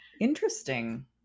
Interesting